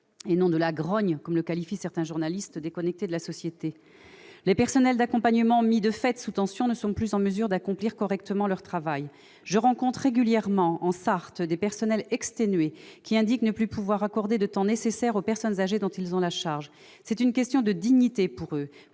et non de la « grogne », comme la qualifient certains journalistes déconnectés de la société. Les personnels d'accompagnement mis, de fait, sous tension ne sont plus en mesure d'accomplir correctement leur travail. Je rencontre régulièrement dans la Sarthe des personnels exténués qui indiquent ne plus pouvoir accorder le temps nécessaire aux personnes âgées dont ils ont la charge. C'est une question de dignité pour eux,